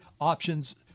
options